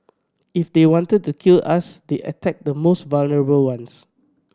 if they wanted to kill us they attack the most vulnerable ones